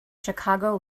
chicago